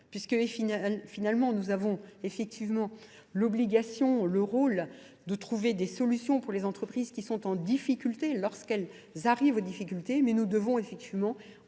puisque finalement nous avons effectivement l'obligation, le rôle de trouver des solutions pour les entreprises qui sont en difficulté lorsqu'elles arrivent aux difficultés mais nous devons effectivement